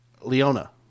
Leona